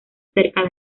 cerca